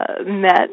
met